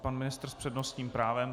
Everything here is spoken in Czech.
Pan ministr s přednostním právem.